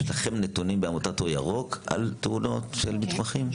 יש לכם נתונים בעמותת אור ירוק על תאונות של מתמחים?